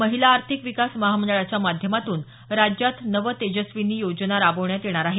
महिला आर्थिक विकास महामंडळाच्या माध्यमातून राज्यात नव तेजस्विनी योजना राबवण्यात येणार आहे